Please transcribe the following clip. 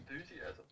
enthusiasm